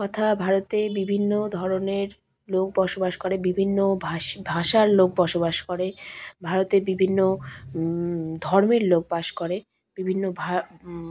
কথা ভারতে বিভিন্ন ধরনের লোক বসবাস করে বিভিন্ন ভাষ ভাষার লোক বসবাস করে ভারতে বিভিন্ন ধর্মের লোক বাস করে বিভিন্ন ভা